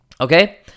Okay